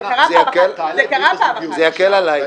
זה יקל עליי.